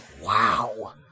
wow